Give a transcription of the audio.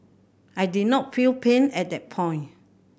I did not feel pain at that point